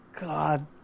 God